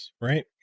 right